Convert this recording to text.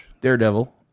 Daredevil